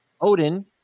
Odin